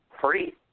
free